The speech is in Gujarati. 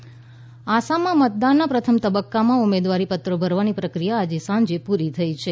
આસામ નામાંકન આસામમાં મતદાનના પ્રથમ તબક્કામાં ઉમેદવારી પત્રો ભરવાની પ્રક્રિયા આજે સાંજે પૂરી થઈ છે